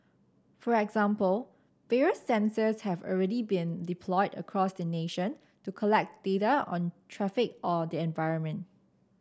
for example various sensors have already been deployed across the nation to collect data on traffic or the environment